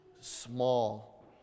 small